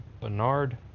bernard